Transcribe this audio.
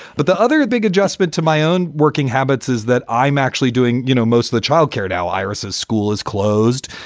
but the other big adjustment to my own working habits is that i'm actually doing, you know, most of the childcare at al iris's school is closed.